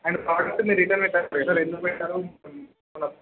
and product మీరు return పెట్టారు కదా ఎందుకు పెట్టారు